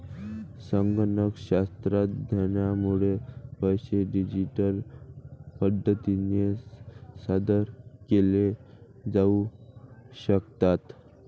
संगणक तंत्रज्ञानामुळे पैसे डिजिटल पद्धतीने सादर केले जाऊ शकतात